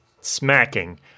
smacking